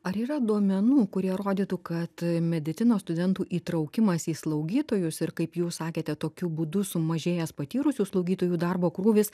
ar yra duomenų kurie rodytų kad medicinos studentų įtraukimas į slaugytojus ir kaip jūs sakėte tokiu būdu sumažėjęs patyrusių slaugytojų darbo krūvis